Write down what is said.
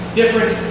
different